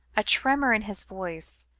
a tremor in his voice,